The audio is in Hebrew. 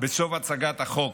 בסוף הצגת החוק,